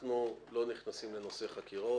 אנחנו לא נכנסים לנושא חקירות.